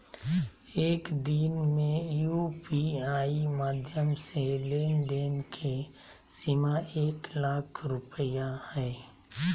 एक दिन में यू.पी.आई माध्यम से लेन देन के सीमा एक लाख रुपया हय